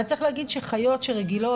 אבל צריך להגיד שהחיות חיות בשבי,